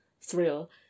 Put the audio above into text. thrill